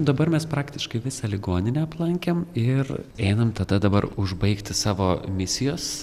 dabar mes praktiškai visą ligoninę aplankėm ir einam tada dabar užbaigt savo misijos